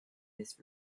this